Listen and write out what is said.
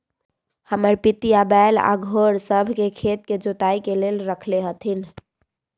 हमर पितिया बैल आऽ घोड़ सभ के खेत के जोताइ के लेल रखले हथिन्ह